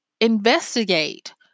investigate